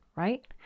right